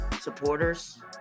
supporters